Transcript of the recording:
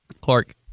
Clark